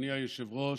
אדוני היושב-ראש,